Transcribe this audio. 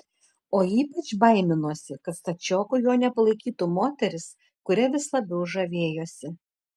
o ypač baiminosi kad stačioku jo nepalaikytų moteris kuria vis labiau žavėjosi